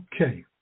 Okay